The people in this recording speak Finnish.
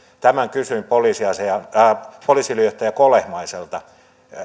tämän kysyin poliisiylijohtaja kolehmaiselta